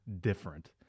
different